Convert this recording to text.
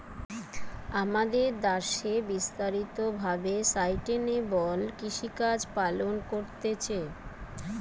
আমাদের দ্যাশে বিস্তারিত ভাবে সাস্টেইনেবল কৃষিকাজ পালন করতিছে